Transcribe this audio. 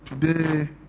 Today